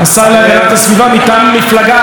מטעם מפלגה אחרת בכלל,